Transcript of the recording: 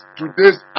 today's